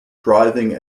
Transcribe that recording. driving